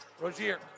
Rozier